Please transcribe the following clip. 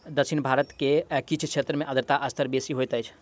दक्षिण भारत के किछ क्षेत्र में आर्द्रता स्तर बेसी होइत अछि